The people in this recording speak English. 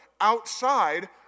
outside